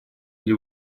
для